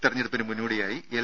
തെരഞ്ഞെടുപ്പിന് മുന്നോടിയായി എൽ